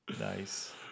Nice